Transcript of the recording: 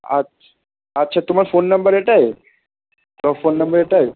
আছ্ আচ্ছা তোমার phone number এটাই ফোন নাম্বার এটাই